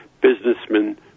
businessmen